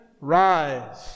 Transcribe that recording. rise